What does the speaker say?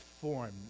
form